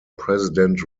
president